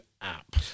app